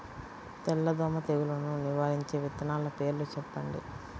తెల్లదోమ తెగులును నివారించే విత్తనాల పేర్లు చెప్పండి?